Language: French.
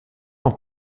ans